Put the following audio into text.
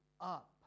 up